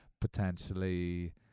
potentially